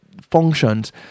functions